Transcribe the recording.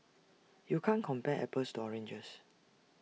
you can't compare apples to oranges